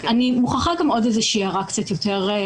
אני מוכרחה להעיר עוד הערה יותר כללית.